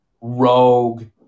rogue